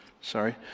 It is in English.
sorry